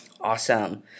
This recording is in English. Awesome